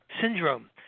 syndrome